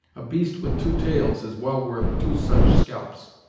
a beast with two tails is well worth two such scalps!